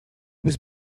was